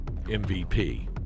MVP